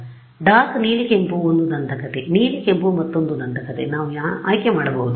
ಆದ್ದರಿಂದ dark ನೀಲಿ ಕೆಂಪು ಒಂದು ದಂತಕಥೆ ನೀಲಿ ಕೆಂಪು ಮತ್ತೊಂದು ದಂತಕಥೆ ನಾವು ಆಯ್ಕೆ ಮಾಡಬಹುದು